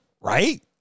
Right